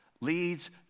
leads